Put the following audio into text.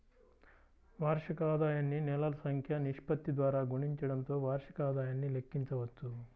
వార్షిక ఆదాయాన్ని నెలల సంఖ్య నిష్పత్తి ద్వారా గుణించడంతో వార్షిక ఆదాయాన్ని లెక్కించవచ్చు